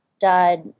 died